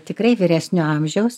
tikrai vyresnio amžiaus